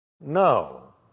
No